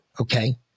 okay